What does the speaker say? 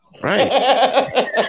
Right